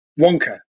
Wonka